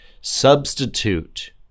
Substitute